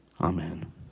amen